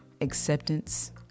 acceptance